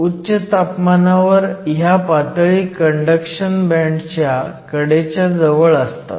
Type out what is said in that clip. उच्च तापमानावर ह्या पातळी कंडक्शन बँडच्या कडेच्या जवळ असतात